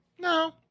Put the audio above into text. No